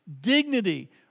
dignity